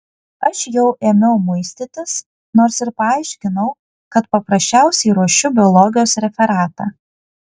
aš jau ėmiau muistytis nors ir paaiškinau kad paprasčiausiai ruošiu biologijos referatą